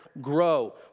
Grow